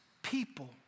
People